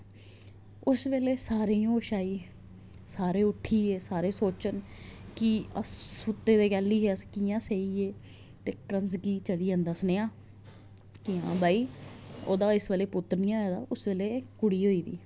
उस बेल्ले सारें ई होश आई सारे उट्ठिये सारे सोचन कि अस सुत्ते दे केह्ली हे अस कि'यां सेइये ते कंस गी चली जंदा सनेहा कि आं भाई ओह्दा इस बेल्लै पुत्तर निं आये दा उस बेल्लै कुड़ी होई